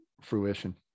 fruition